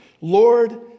Lord